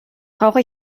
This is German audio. brauche